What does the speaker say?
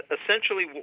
Essentially